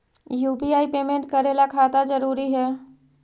UPI payment करे ला खाता जरूरी है?